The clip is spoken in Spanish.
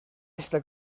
esta